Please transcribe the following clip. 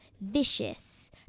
vicious